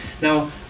Now